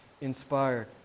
inspired